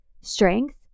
strength